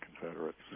Confederates